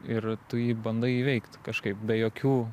ir tu jį bandai įveikt kažkaip be jokių